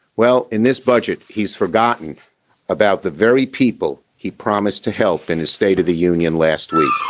well, in this budget, he's forgotten about the very people he promised to help in his state of the union last week